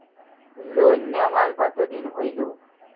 Loan নেওয়ার কতদিন হইল?